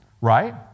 Right